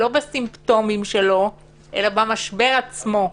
לא בסימפטומים שלו, אלא במשבר עצמו.